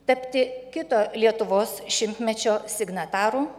tapti kito lietuvos šimtmečio signatarų